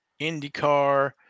IndyCar